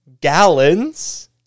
gallons